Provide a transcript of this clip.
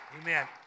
Amen